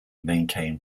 maintain